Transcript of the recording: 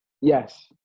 Yes